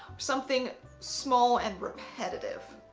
something small and repetitive.